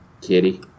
kitty